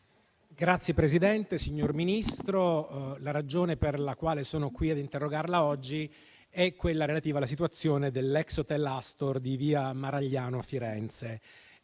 *(Az-IV-RE)*. Signor Ministro, la ragione per la quale sono qui ad interrogarla oggi è relativa alla situazione dell'ex hotel Astor di via Maragliano a Firenze.